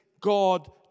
God